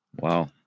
Wow